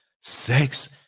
sex